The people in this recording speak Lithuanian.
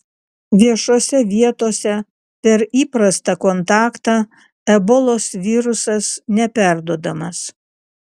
viešose vietose per įprastą kontaktą ebolos virusas neperduodamas